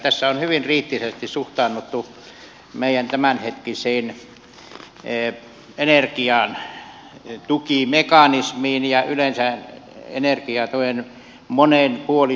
tässä on hyvin kriittisesti suhtauduttu meidän tämänhetkiseen energian tukimekanismiin ja yleensä energiatuen monipuolisuuteen